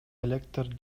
электр